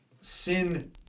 Sin